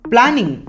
Planning